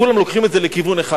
כולם לוקחים את זה לכיוון אחד.